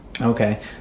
Okay